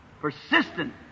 Persistent